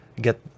get